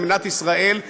ובמדינת ישראל,